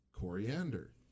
coriander